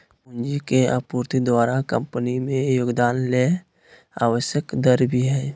पूंजी के आपूर्ति द्वारा कंपनी में योगदान ले आवश्यक दर भी हइ